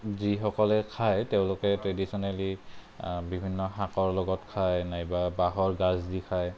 যিসকলে খায় তেওঁলোকে ট্ৰেডিচনেলি বিভিন্ন শাকৰ লগত খায় নাইবা বাহৰ গাজ দি খায়